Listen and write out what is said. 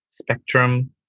Spectrum